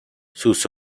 sus